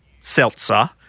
Seltzer